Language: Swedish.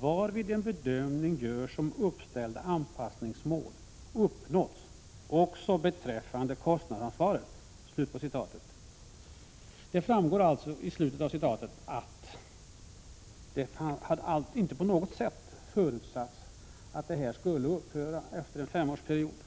varvid en bedömning görs om uppställda anpassningsmål uppnåtts också beträffande kostnadsansvaret.” Det framgår att det inte på något sätt förutsattes att statens stöd skulle upphöra efter femårsperioden.